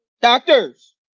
Doctors